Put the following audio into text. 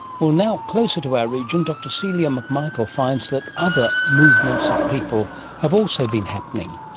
well now closer to our region, dr celia mcmichael finds that other movements of people have also been happening.